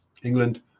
England